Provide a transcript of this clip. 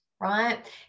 right